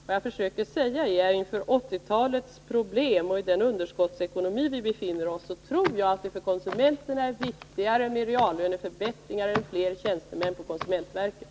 Vad jag försökte säga var att inför 1980-talets problem och den underskottsekonomi som vi befinner oss i tror jag att det för konsumenterna är viktigare med reallöneförbättringar än med fler tjänstemän på konsumentverket.